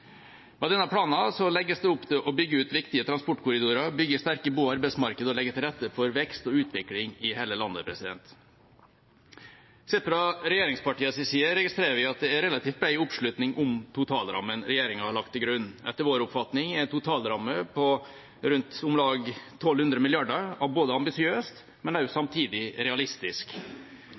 Med denne planen legges det opp til å bygge ut viktige transportkorridorer, bygge sterke bo- og arbeidsmarked og legge til rette for vekst og utvikling i hele landet. Sett fra regjeringspartienes side registrerer vi at det er relativt bred oppslutning om totalrammen regjeringa har lagt til grunn. Etter vår oppfatning er en totalramme på om lag 1 200 mrd. kr ambisiøst, men samtidig realistisk.